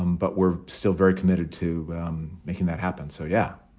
um but we're still very committed to making that happen so, yeah,